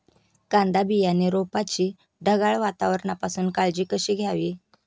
कांदा बियाणे रोपाची ढगाळ वातावरणापासून काळजी कशी घ्यावी?